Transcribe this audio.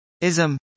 ISM